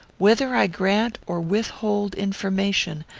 whether i grant or withhold information,